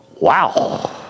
Wow